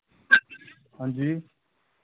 हां जी